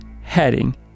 heading